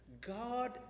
God